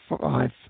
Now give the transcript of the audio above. five